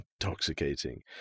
intoxicating